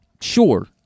sure